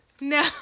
No